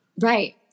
Right